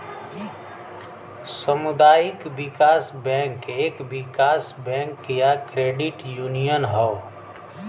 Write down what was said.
सामुदायिक विकास बैंक एक विकास बैंक या क्रेडिट यूनियन हौ